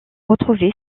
retrouvé